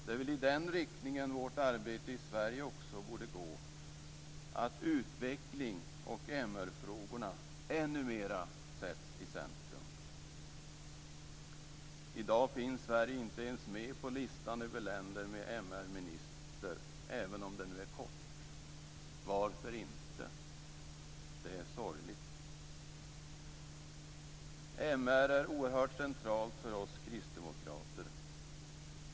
Det är väl i den riktningen vårt arbete i Sverige också borde gå, att utveckling och MR-frågorna ännu mera sätts i centrum. I dag finns Sverige inte ens med på listan över länder med MR-minister även om den nu är kort. Varför inte? Det är sorgligt. MR är oerhört centralt för oss kristdemokrater.